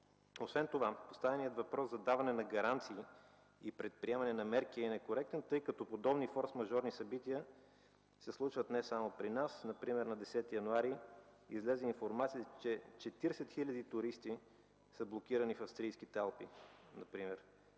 Освен това, поставеният въпрос за даване на гаранции и предприемане на мерки е некоректен, тъй като подобни форсмажорни събития се случват не само при нас. Например на 10 януари излезе информация, че 40 000 туристи са блокирани в австрийските Алпи